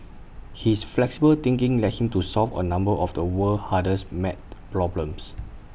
his flexible thinking led him to solve A number of the world's hardest math problems